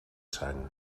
sang